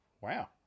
Wow